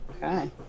Okay